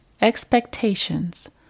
Expectations